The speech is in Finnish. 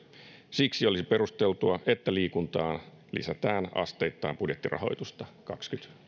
siksi olisi perusteltua että liikuntaan lisätään asteittain budjettirahoitusta kaksikymmentä